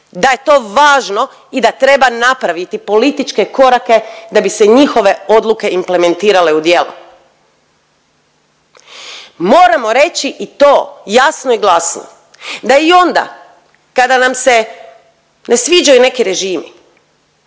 da je to važno i da treba napraviti političke korake da bi se njihove odluke implementirale u djela. Moramo reći i to jasno i glasno da i onda kada nam se ne sviđaju neki režimi,